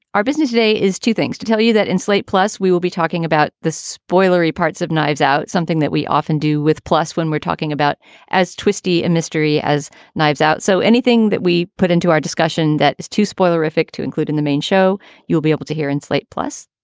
our business day is two things to tell you that in slate. plus, we will be talking about the spoilery parts of knives out, something that we often do with plus when we're talking about as twisty and mystery as knives out so anything that we put into our discussion that is to spoil horrific to include in the main show you'll be able to hear in slate. plus,